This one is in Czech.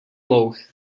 louh